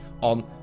on